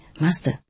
Master